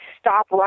stop